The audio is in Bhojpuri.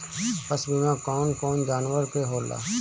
पशु बीमा कौन कौन जानवर के होला?